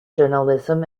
journalism